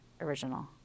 original